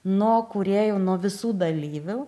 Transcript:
nuo kūrėjų nuo visų dalyvių